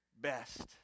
best